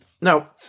Now